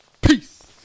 Peace